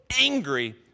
angry